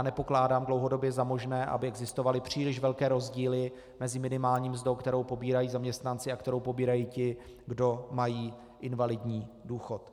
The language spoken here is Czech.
Nepokládám dlouhodobě za možné, aby existovaly příliš velké rozdíly mezi minimální mzdou, kterou pobírají zaměstnanci a kterou pobírají ti, kdo mají invalidní důchod.